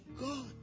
God